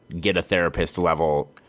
get-a-therapist-level